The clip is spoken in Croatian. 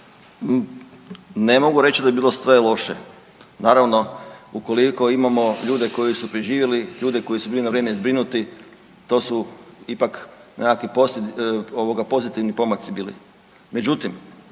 Ne mogu reć da je bilo sve loše. Naravno ukoliko imamo ljude koji su preživjeli, ljude koji su bili na vrijeme zbrinuti, to su ipak nekakvi ovoga pozitivni pomaci bili.